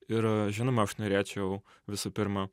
ir žinoma aš norėčiau visų pirma